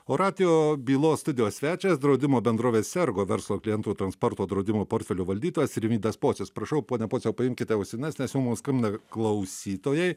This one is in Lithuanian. o radijo bylos studijos svečias draudimo bendrovės ergo verslo klientų transporto draudimo portfelio valdytojas rimvydas pocius prašau pone pociau paimkite ausines nes jau mum skambina klausytojai